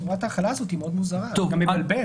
צורת ההחלה הזאת היא מאוד מוזרה, זה גם מבלבל.